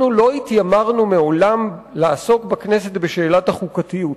אנחנו לא התיימרנו מעולם לעסוק בכנסת בשאלת החוקתיות.